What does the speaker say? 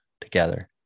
together